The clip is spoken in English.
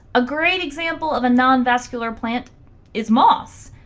a great example of a nonvascular plant is moss.